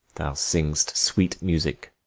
thou sing'st sweet music.